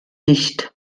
nicht